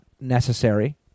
necessary